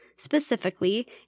Specifically